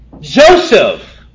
Joseph